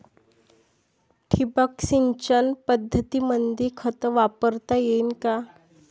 ठिबक सिंचन पद्धतीमंदी खत वापरता येईन का?